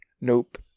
Nope